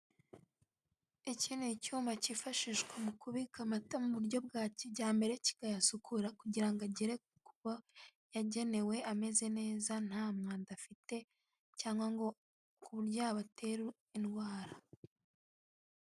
Iki ni icyuma kifashishwa mu kubika amata mu buryo bwa kijyambere kikayasukura kugira ngo agere kubo yagenewe ameze neza nta mwanda afite cyangwa ngo ku buryo yabatera indwara.